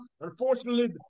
Unfortunately